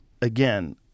again